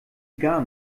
gar